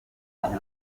imaze